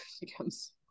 becomes